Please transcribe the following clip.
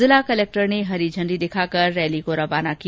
जिला कलेक्टर ने हरी झंडी दिखाकर रैली को रवाना किया